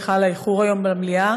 סליחה על האיחור היום במליאה.